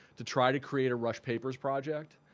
to try to create a rush papers project.